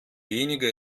weniger